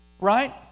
Right